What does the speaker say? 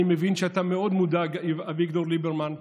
אני מבין שאתה מאוד מודאג, אביגדור ליברמן,